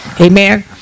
Amen